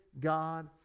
God